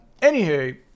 Anywho